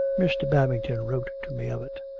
mr. babington wrote to me of it.